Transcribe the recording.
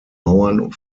mauern